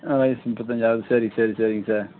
ஆ வயது முப்பத்தஞ்சு ஆகுது சரி சரி சரிங்க சார்